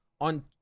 on